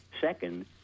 Second